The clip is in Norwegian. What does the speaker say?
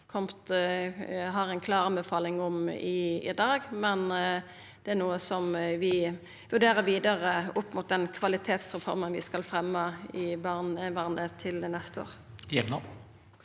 har ei klar anbefaling om i dag. Men dette er noko vi vurderer vidare opp mot den kvalitetsreforma vi skal fremja i barnevernet til neste år.